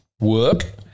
work